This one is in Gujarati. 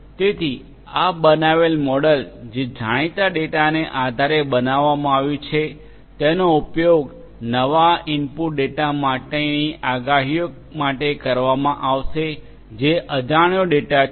તેથી આ બનાવેલ મોડેલ જે જાણીતા ડેટાના આધારે બનાવવામાં આવ્યું છે તેનો ઉપયોગ નવા ઇનપુટ ડેટા માટેની આગાહીઓ માટે કરવામાં આવશે જે અજાણ્યો ડેટા છે